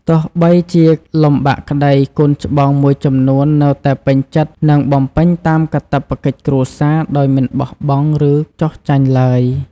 ទោះបីជាលំបាកក្ដី កូនច្បងមួយចំនួននៅតែពេញចិត្តនឹងបំពេញតាមកាតព្វកិច្ចគ្រួសារ ដោយមិនបោះបង់ ឬ ចុះចាញ់ឡើយ។